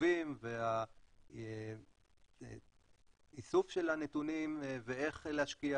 החישובים והאיסוף של הנתונים ואיך להשקיע